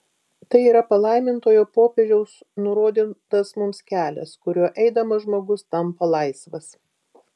tai yra palaimintojo popiežiaus nurodytas mums kelias kuriuo eidamas žmogus tampa laisvas